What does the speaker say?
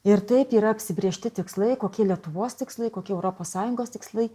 ir taip yra apsibrėžti tikslai kokie lietuvos tikslai kokie europos sąjungos tikslai